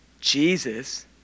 Jesus